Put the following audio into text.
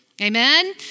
Amen